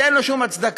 שאין לו שום הצדקה,